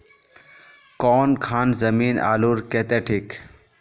कौन खान जमीन आलूर केते ठिक?